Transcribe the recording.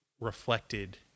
reflected